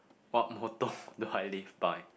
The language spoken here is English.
what motto do I live by